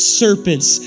serpents